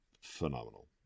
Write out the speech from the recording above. phenomenal